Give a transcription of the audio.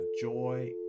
joy